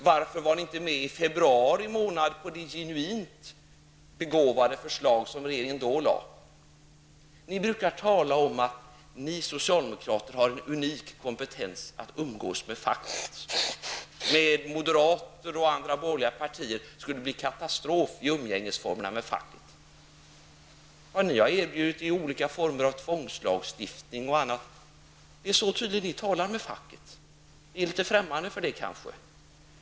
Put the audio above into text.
Varför var ni inte med i februari månad på det genuint begåvade förslag som regeringen då lade fram? Socialdemokraterna brukar tala om att de har en unik kompetens att umgås med facket. För moderaterna och andra borgerliga partier skulle det bli katastrof av umgänget med facket. Vad socialdemokraterna har erbjudit är olika former av tvångslagstiftning. Det är tydligen så ni talar med facket. Vi är kanske litet främmande för det.